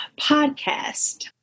Podcast